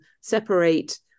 separate